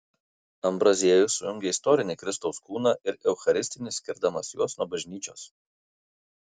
ambraziejus sujungia istorinį kristaus kūną ir eucharistinį skirdamas juos nuo bažnyčios